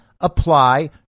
apply